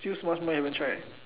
still so much more you haven't tried